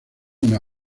una